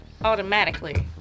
automatically